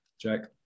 Jack